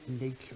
nature